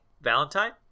valentine